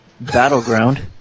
Battleground